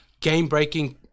game-breaking